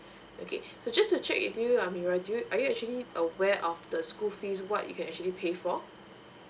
okay so just to check with you amirah do you are you actually aware of the school fees what you can actually pay for